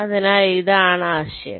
അതിനാൽ ഇതാണ് ആശയം